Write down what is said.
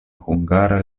hungara